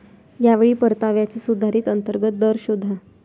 या वेळी परताव्याचा सुधारित अंतर्गत दर शोधा